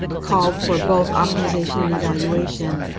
called for both optimization and evaluation,